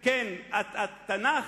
התורה.